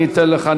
אני אתן לך,